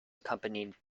accompanied